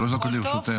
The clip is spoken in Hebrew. שלוש דקות לרשותך.